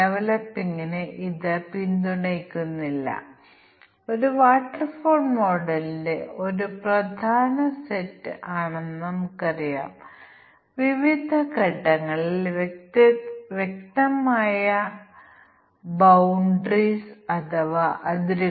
കൂടാതെ ഇത് പകുതിയിലധികം ആണെങ്കിൽ ഒരു സീറ്റിന് 3000 ൽ കൂടുതൽ അത് ആഭ്യന്തരമാണ് ഫ്ലൈറ്റ് തുടർന്ന് ഭക്ഷണം വിളമ്പുന്നു പക്ഷേ അത് ഒരു സൌജന്യ ഭക്ഷണമല്ല